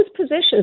positions